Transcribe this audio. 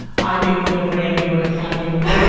i may win a grammy or an academy award?